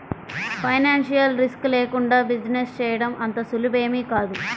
financial risk లేకుండా business చేయడం అంత సులువేమీ కాదు